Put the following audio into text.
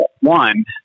one